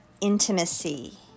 intimacy